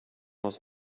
was